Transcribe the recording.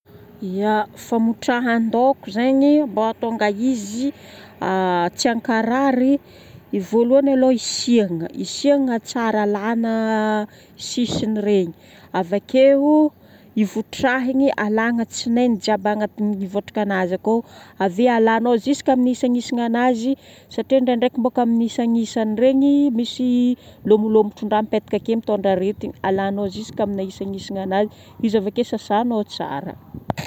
Ya. Famotrahan-daoko zegny mbô hahatonga izy tsy hankarary, ny vôlohany aloha isihagna. Isihagna tsara alagna sisiny regny. Avakeo ivotrahagny alagna tsinainy jiaby agnatin'ny vondrakanazy akao. Ave alagnao jusque amin'ny isagnisagnanazy satria ndraindray boko amin'ny isagnisagna regny misy lomolomotron-draha mipetaka ake mitondra aretigna. Alagna jusque amin'ny isagnisagnanazy. Izy avake sasagnao tsara.